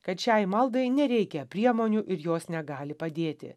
kad šiai maldai nereikia priemonių ir jos negali padėti